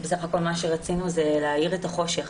בסך הכול מה שרצינו זה להאיר את החושך.